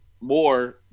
more